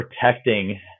protecting